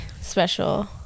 special